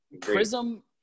prism